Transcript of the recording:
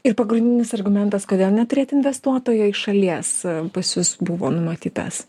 ir pagrindinis argumentas kodėl neturėti investuotojo iš šalies pas jus buvo numatytas